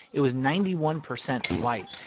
it was ninety one percent white.